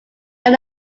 now